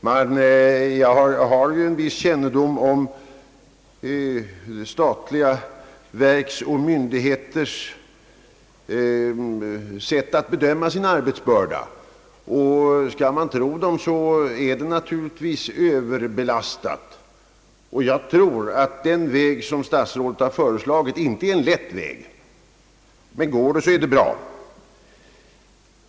Jag har ju en viss kännedom om statliga verks och myndigheters sätt att bedöma sin arbetsbörda, och skall man tro dem är de naturligtvis överbelastade. Den väg som statsrådet föreslår kan därför inte vara någon lätt väg, men går det så är det bra.